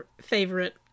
favorite